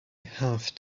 have